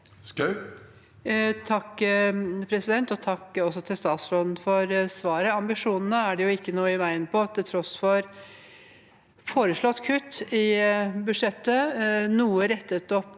Schou (H) Takk til statsråden for svaret. Ambisjonene er det ikke noe i veien med, til tross for foreslått kutt i budsjettet – noe rettet opp